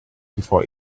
before